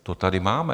To tady máme.